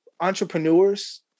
entrepreneurs